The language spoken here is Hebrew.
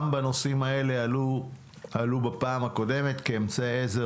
גם בנושאים האלה פעלו בפעם הקודמת כאמצעי עזר